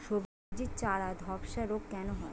সবজির চারা ধ্বসা রোগ কেন হয়?